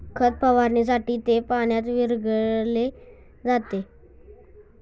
खत फवारणीसाठी ते पाण्यात विरघळविले जाते